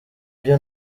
bye